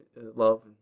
love